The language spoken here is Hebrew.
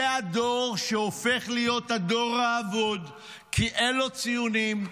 זה הדור שהופך להיות הדור האבוד כי אין לו ציונים,